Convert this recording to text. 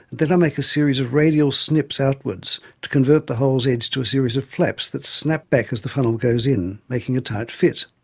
then i make a series of radial snips outwards, to convert the hole's edge to a series of flaps that snap back as the funnel goes in, making a tight fit.